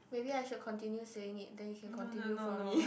maybe I should continue saying it then you can continue for me